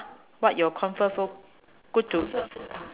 what your comfort food good to